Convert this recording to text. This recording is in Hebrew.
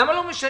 למה לא משנים?